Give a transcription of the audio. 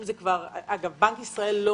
בנק ישראל לא